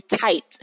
tight